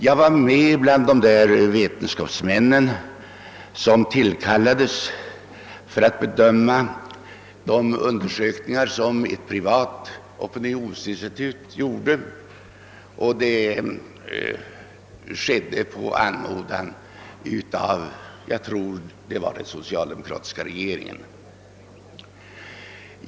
Jag var med bland de vetenskapsmän som tillkallades av den socialdemokratiska partiledningen för att bedöma de hithörande undersökningar som ett privat opinionsmätningsinstitut på sin tid gjorde och framförde i sammanhanget en hel del kritik.